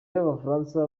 b’abafaransa